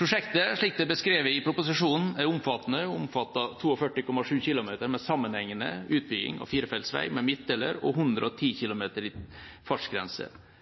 Prosjektet, slik det er beskrevet i proposisjonen, er omfattende. Det omfatter 42,7 km med sammenhengende utbygging av firefelts vei med midtdeler og fartsgrense på 110